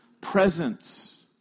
presence